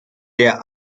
der